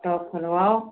तौ खुलवाओ